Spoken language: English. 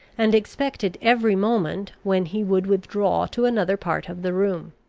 and expected every moment when he would withdraw to another part of the room.